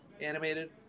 Animated